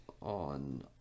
on